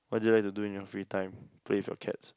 what do you like to do in your free time play with your cats